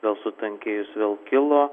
vėl sutankėjus vėl kilo